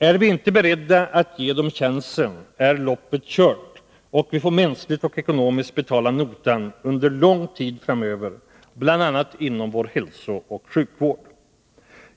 Är vi inte beredda att ge dem chansen är ”loppet kört”, och vi får mänskligt och ekonomiskt betala notan under lång tid framöver, bl.a. inom vår hälsooch sjukvård.